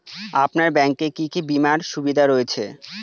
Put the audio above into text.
আপনার ব্যাংকে কি কি বিমার সুবিধা রয়েছে?